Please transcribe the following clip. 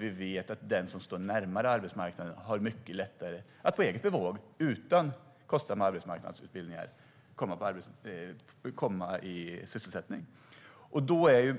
Vi vet att den som står närmare arbetsmarknaden har mycket lättare att på eget bevåg utan kostsamma arbetsmarknadsutbildningar komma i sysselsättning.